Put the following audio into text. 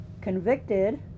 convicted